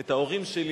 את ההורים שלי,